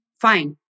Fine